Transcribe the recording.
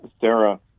Sarah